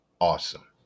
awesome